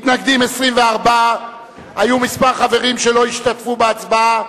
מתנגדים, 24. היו כמה חברים שלא השתתפו בהצבעה.